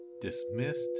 dismissed